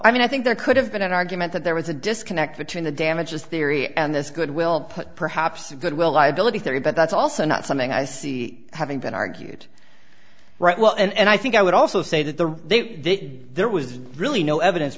i mean i think there could have been an argument that there was a disconnect between the damages theory and this goodwill put perhaps a goodwill liability theory but that's also not something i see having been argued right well and i think i would also say that the there was really no evidence